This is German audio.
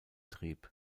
trieb